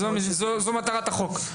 זו מטרת החוק.